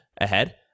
ahead